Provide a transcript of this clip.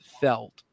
felt